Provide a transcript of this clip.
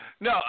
No